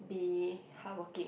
be hardworking